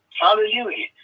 Hallelujah